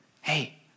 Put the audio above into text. hey